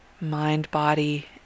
mind-body